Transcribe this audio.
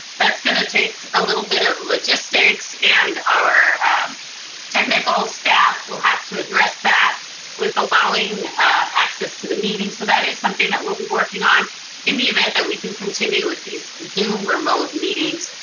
that's gonna take a little bit of logistics, and our technical staff will have to address that with allowing access to the meeting. so that is something that we'll be working on in the event that we do continue with these zoom remote meetings.